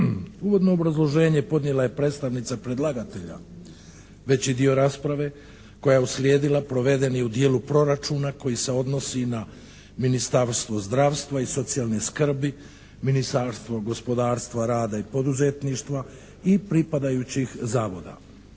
Uvodno obrazloženje podnijela je predstavnica predlagatelja. Veći dio rasprave koja je uslijedila provedena je u dijelu proračuna koji se odnosi na Ministarstvo zdravstva i socijalne skrbi, Ministarstvo gospodarstva, rada i poduzetništva i pripadajućih zavoda.